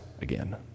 again